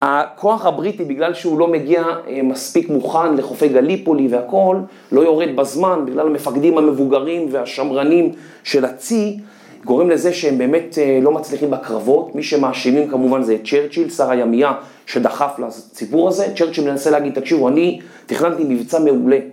הכוח הבריטי, בגלל שהוא לא מגיע מספיק מוכן לחופי גליפולי והכול, לא יורד בזמן, בגלל המפקדים המבוגרים והשמרנים של הצי, גורם לזה שהם באמת לא מצליחים בקרבות. מי שמאשימים כמובן זה צ'רצ'יל, שר הימייה, שדחף לסיפור הזה. צ'רצ'יל מנסה להגיד, תקשיבו, אני תכננתי מבצע מעולה.